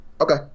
Okay